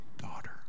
daughter